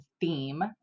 theme